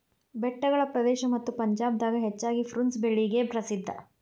ಬೆಟ್ಟಗಳ ಪ್ರದೇಶ ಮತ್ತ ಪಂಜಾಬ್ ದಾಗ ಹೆಚ್ಚಾಗಿ ಪ್ರುನ್ಸ್ ಬೆಳಿಗೆ ಪ್ರಸಿದ್ಧಾ